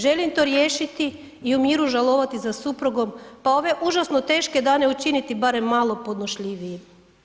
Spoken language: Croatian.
Želim to riješiti i u miru žalovati za suprugom, pa ove užasno teške dane učiniti barem podnošljivijim.